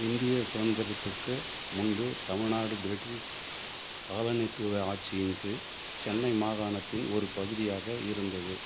இந்திய சுதந்திரத்திற்கு முன்பு தமிழ்நாடு பிரிட்டிஷ் காலனித்துவ ஆட்சியின் கீழ் சென்னை மாகாணத்தின் ஒரு பகுதியாக இருந்தது